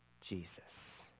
Jesus